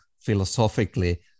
philosophically